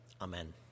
Amen